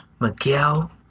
Miguel